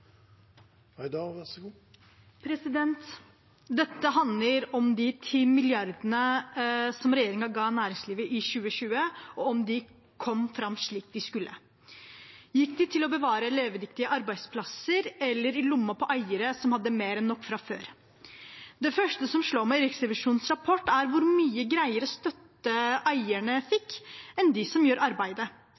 Dette handler om de ti milliarder kronene som regjeringen ga næringslivet i 2020, og om de kom fram slik de skulle. Gikk de til å bevare levedyktige arbeidsplasser eller i lommen på eiere som hadde mer enn nok fra før? Det første som slår meg i Riksrevisjonens rapport, er hvor mye greiere støtte eierne fikk, enn dem som gjør arbeidet.